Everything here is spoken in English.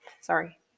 Sorry